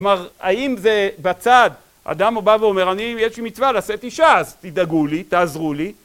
כלומר האם זה בצד, אדם הוא בא ואומר אני יש לי מצווה לשאת אישה אז תדאגו לי תעזרו לי